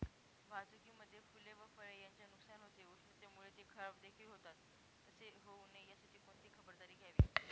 वाहतुकीमध्ये फूले व फळे यांचे नुकसान होते, उष्णतेमुळे ते खराबदेखील होतात तसे होऊ नये यासाठी कोणती खबरदारी घ्यावी?